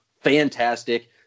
fantastic